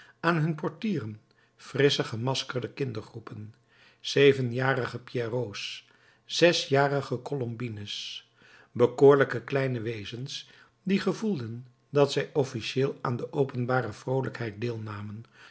aan hun portieren frissche gemaskerde kindergroepen zevenjarige pierrots zesjarige colombines bekoorlijke kleine wezens die gevoelden dat zij officiëel aan de openbare vroolijkheid deelnamen